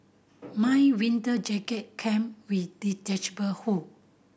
my winter jacket came with detachable hood